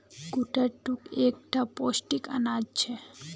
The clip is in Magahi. कुट्टू एक टा पौष्टिक अनाज छे